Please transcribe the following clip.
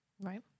Right